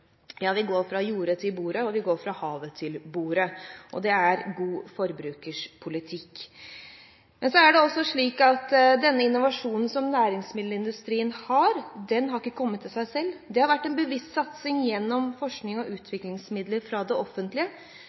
ja, vi går fra jordet til bordet og fra havet til bordet. Det er god forbrukerpolitikk. Men denne innovasjonen som næringsmiddelindustrien har, har ikke kommet av seg selv. Det har vært en bevisst satsing gjennom forsknings- og utviklingsmidler fra det offentlige,